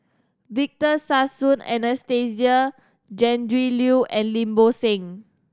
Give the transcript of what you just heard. Victor Sassoon Anastasia Tjendri Liew and Lim Bo Seng